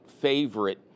favorite